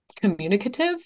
communicative